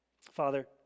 Father